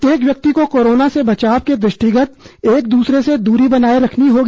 प्रत्येक व्यक्ति को कोरोना से बचाव के दृष्टिगत एक दूसरे से दूरी बनाए रखनी होगी